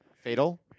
Fatal